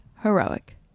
heroic